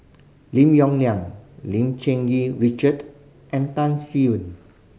Lim Yong Liang Lim Cherng Yih Richard and Tan